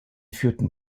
führten